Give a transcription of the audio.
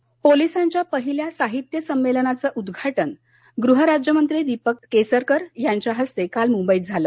police संमेलन पोलिसांच्या पहिल्या साहित्य संमेलनाचं उद्घाटन काल गृह राज्यमंत्री दीपक केसरकर यांच्या हस्ते काल मुंबईत झालं